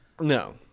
No